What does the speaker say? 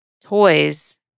toys